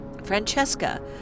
Francesca